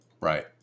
Right